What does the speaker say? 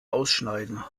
ausschneiden